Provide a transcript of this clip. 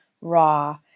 raw